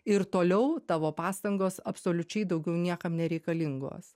ir toliau tavo pastangos absoliučiai daugiau niekam nereikalingos